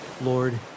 Lord